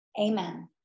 amen